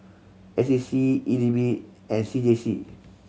S A C E D B and C J C